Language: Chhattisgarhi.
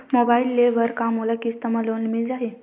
मोबाइल ले बर का मोला किस्त मा लोन मिल जाही?